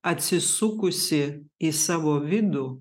atsisukusi į savo vidų